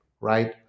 right